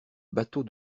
bateau